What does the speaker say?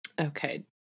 okay